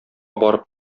барып